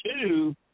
two